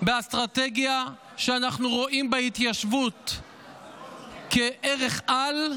באסטרטגיה אנחנו רואים בהתיישבות ערך-על.